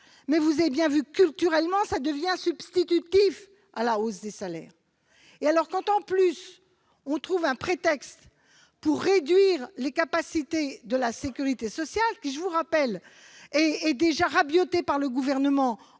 de constater que, culturellement, c'est devenu un substitut à la hausse des salaires. Quand, en plus, on trouve un prétexte pour réduire les capacités de la sécurité sociale, qui, je vous le rappelle, est déjà rabotée par le Gouvernement,